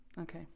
Okay